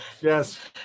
Yes